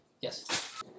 Yes